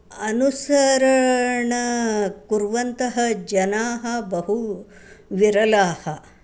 अनुसरणं कुर्वन्तः जनाः बहुविरलाः